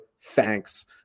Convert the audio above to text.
THANKS